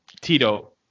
Tito